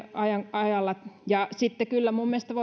ajalla sitten kyllä minun mielestäni